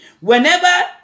Whenever